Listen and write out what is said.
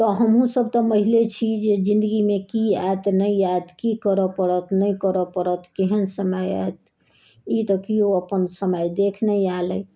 तऽ हमहूँसब तऽ महिले छी जे जिन्दगीमे की आयत नहि आयत की करै पड़त नहि करै पड़त केहन समय आयत ई तऽ कियो अपन समय देख नहि आयल अइ